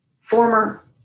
former